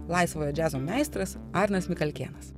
laisvojo džiazo meistras arnas mikalkėnas